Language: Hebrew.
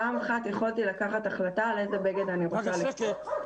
פעם אחת יכולתי לקחת החלטה על איזה בגד אני רוצה לבחור.